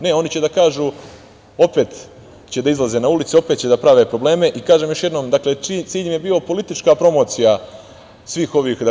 Ne, oni će da kažu, opet će da izlaze na ulice, opet će da prave probleme, i kažem još jednom, cilj im je bio politička promocija, svih ovih protesta.